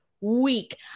week